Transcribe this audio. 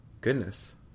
Goodness